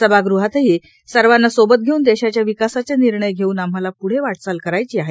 सभागृहातही सर्वाना सोबत घेऊन देशाच्या विकासाचे निर्णय घेऊन आम्हाला प्ढे वाटचाल करायची आहे